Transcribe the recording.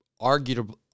arguably